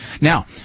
Now